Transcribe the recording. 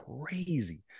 crazy